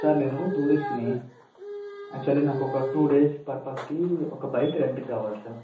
sir నేను టూరిస్ట్ని actually నాకు ఒక టూ డేస్ పర్పస్కి ఒక బైక్ రెంట్కి కావాలి సార్